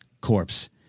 corpse